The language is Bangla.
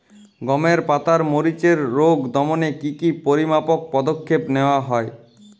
গমের পাতার মরিচের রোগ দমনে কি কি পরিমাপক পদক্ষেপ নেওয়া হয়?